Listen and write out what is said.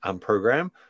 program